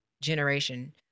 generation